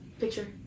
picture